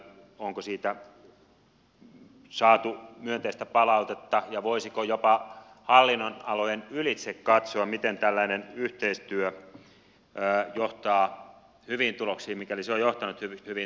onko siitä saatu myönteistä palautetta ja voisiko jopa hallinnonalojen ylitse katsoa miten tällainen yhteistyö johtaa hyviin tuloksiin mikäli se on johtanut hyviin tuloksiin